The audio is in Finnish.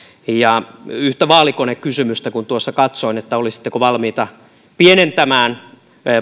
yhtä vaalikonekysymystä kun tuossa katsoin olisitteko valmiita pienentämään